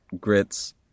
grits